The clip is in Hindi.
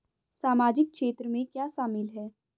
सामाजिक क्षेत्र में क्या शामिल है?